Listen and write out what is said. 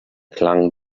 klang